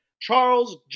Charles